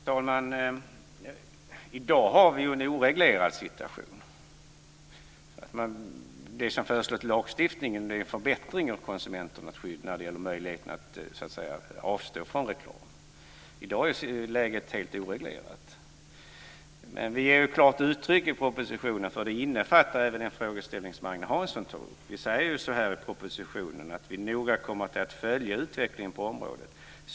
Fru talman! I dag har vi ju en oreglerad situation. Det som föreslås i lagstiftningen är ju en förbättring av konsumenternas skydd när det gäller möjligheten att avstå från reklam. I dag är detta område helt oreglerat. I propositionen ger vi klart uttryck för att detta innefattar även den frågeställning som Agne Hansson tog upp. Vi säger i propositionen att vi noga kommer att följa utvecklingen på området.